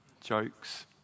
Jokes